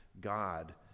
God